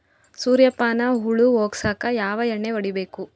ಸುರ್ಯಪಾನ ಹುಳ ಹೊಗಸಕ ಯಾವ ಎಣ್ಣೆ ಹೊಡಿಬೇಕು?